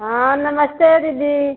हाँ नमस्ते दीदी